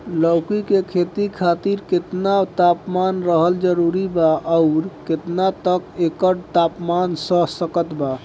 लौकी के खेती खातिर केतना तापमान रहल जरूरी बा आउर केतना तक एकर तापमान सह सकत बा?